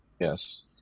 Yes